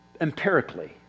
empirically